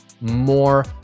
more